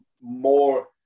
more